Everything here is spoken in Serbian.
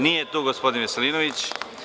Nije tu gospodin Veselinović.